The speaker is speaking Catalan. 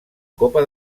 copa